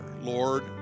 Lord